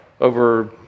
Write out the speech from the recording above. Over